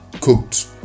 cooked